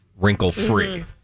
wrinkle-free